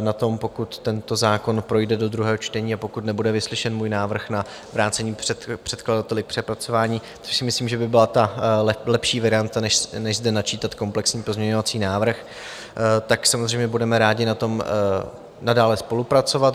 na tom, pokud tento zákon projde do druhého čtení, a pokud nebude vyslyšen můj návrh na vrácení předkladateli k přepracování, což si myslím, že by byla ta lepší varianta, než zde načítat komplexní pozměňovací návrh, tak samozřejmě budeme rádi na tom nadále spolupracovat.